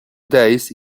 days